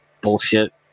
bullshit